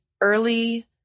early